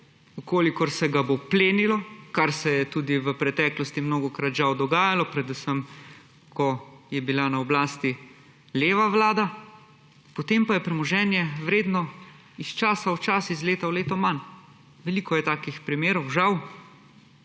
če se ga bo plenilo, kar se je tudi v preteklosti mnogokrat žal dogajalo, predvsem ko je bila na oblasti leva vlada, potem pa je premoženje vredno iz časa v čas, iz leta v leto manj. Veliko je takih primerov, žal.